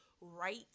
right